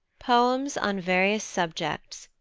poems on various subjects,